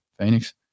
Phoenix